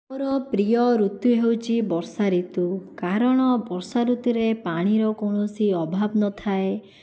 ମୋର ପ୍ରିୟ ଋତୁ ହେଉଛି ବର୍ଷା ଋତୁ କାରଣ ବର୍ଷା ଋତୁରେ ପାଣିର କୌଣସି ଅଭାବ ନଥାଏ